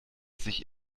sich